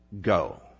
go